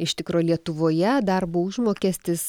iš tikro lietuvoje darbo užmokestis